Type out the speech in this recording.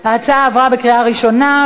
התשע"ד 2014,